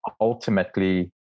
ultimately